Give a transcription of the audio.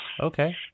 Okay